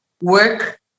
work